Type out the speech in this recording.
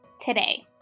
Today